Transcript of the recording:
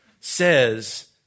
says